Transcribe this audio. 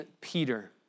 Peter